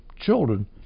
children